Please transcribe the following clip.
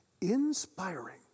inspiring